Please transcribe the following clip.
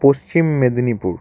Paschim Medinipur